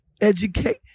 educate